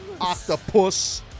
Octopus